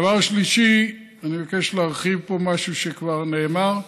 הדבר השלישי: אני מבקש להרחיב פה משהו שכבר נאמר.